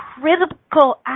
critical